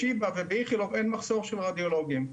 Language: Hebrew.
בשיבא ובאיכילוב אין מחסור של רדיולוגים.